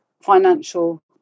financial